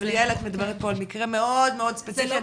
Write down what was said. אבל יעל, את מדברת פה על מקרה מאוד מאוד ספציפי.